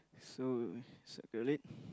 so circle it